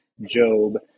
Job